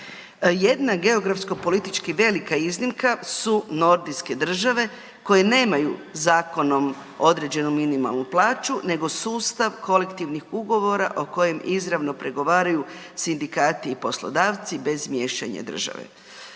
Jedna geografsko politički velika iznimka su nordijske države koje nemaju zakonom određenu minimalnu plaću nego sustav kolektivnih ugovora o kojem izravno pregovaraju sindikati i poslodavci bez miješanja države.